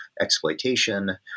exploitation